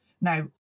Now